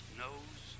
knows